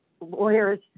lawyers